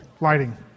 Lighting